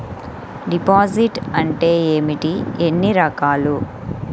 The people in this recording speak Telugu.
డిపాజిట్ అంటే ఏమిటీ ఎన్ని రకాలు?